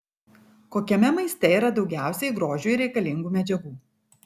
kokiame maiste yra daugiausiai grožiui reikalingų medžiagų